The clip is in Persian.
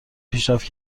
پیشرفت